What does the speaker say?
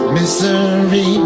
Misery